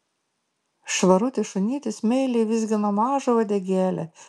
švarutis šunytis meiliai vizgino mažą uodegėlę